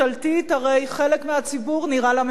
הרי חלק מהציבור נראה לממשלה,